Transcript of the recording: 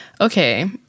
Okay